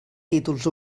títols